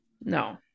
no